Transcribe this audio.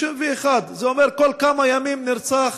31, זה אומר שכל כמה ימים נרצח